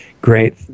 great